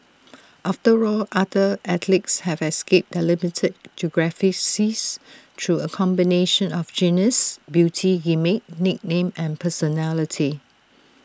after all other athletes have escaped their limited geographies through A combination of genius beauty gimmick nickname and personality